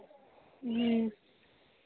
ह्म्म